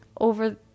over